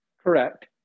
Correct